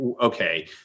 okay